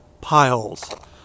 piles